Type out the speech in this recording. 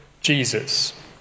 Jesus